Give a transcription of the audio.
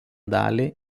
dalį